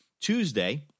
Tuesday